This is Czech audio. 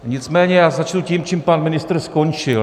Nicméně já začnu tím, čím pan ministr skončil.